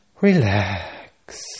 Relax